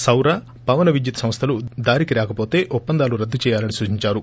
సౌర పవన విద్యుత్ సంస్థలు దారికి రాకపోతే ఒప్పందాలు రద్దు చేయాలని సూచించారు